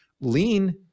Lean